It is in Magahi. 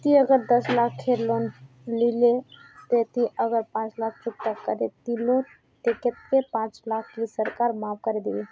ती अगर दस लाख खेर लोन लिलो ते ती अगर पाँच लाख चुकता करे दिलो ते कतेक पाँच लाख की सरकार माप करे दिबे?